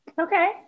Okay